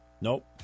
Nope